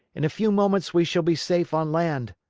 in a few moments we shall be safe on land.